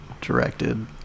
directed